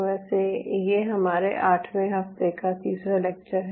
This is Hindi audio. वैसे ये हमारे आठवें हफ्ते का तीसरा लेक्चर है